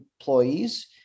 employees